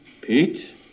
Pete